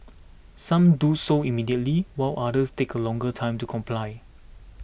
some do so immediately while others take a longer time to comply